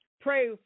Pray